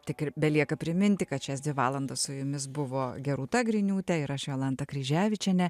tik ir belieka priminti kad šias dvi valandas su jumis buvo gerūta griniūtė ir aš jolanta kryževičienė